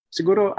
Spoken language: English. Siguro